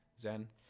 Zen